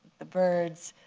the birds.